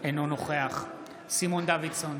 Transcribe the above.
אינו נוכח סימון דוידסון,